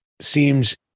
seems